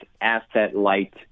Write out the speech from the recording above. asset-light